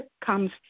comes